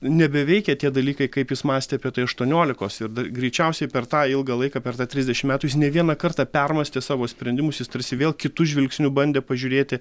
nebeveikia tie dalykai kaip jis mąstė apie tai aštuoniolikos ir dar greičiausiai per tą ilgą laiką per tą trisdešimt metų jis ne vieną kartą permąstė savo sprendimus jis tarsi vėl kitu žvilgsniu bandė pažiūrėti